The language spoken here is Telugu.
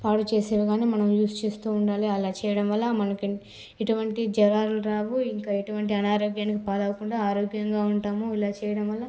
పాడు చేసేవి గాని మనం యూజ్ చేస్తు ఉండాలి అలా చేయడం వల్ల మనకి ఎటువంటి జ్వరాలు రావు ఇంకా ఎటువంటి అనారోగ్యానికి పాలవకుండా ఆరోగ్యంగా ఉంటాము ఇలా చేయడం వల్ల